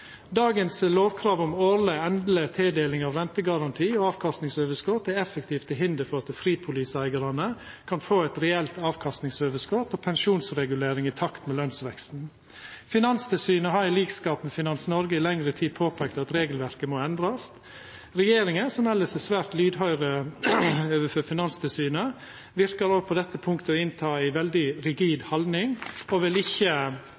Dagens lovkrav om årleg endeleg tildeling av rentegaranti og avkastningsoverskot er effektivt til hinder for at fripoliseeigarane kan få eit reelt avkastningsoverskot og pensjonsregulering i takt med lønsveksten. Finanstilsynet har, i likskap med Finans Norge, i lengre tid påpeikt at regelverket må endrast. Regjeringa, som elles er svært lydhøyre overfor Finanstilsynet, verkar òg på dette punktet å ta ei veldig rigid haldning og vil ikkje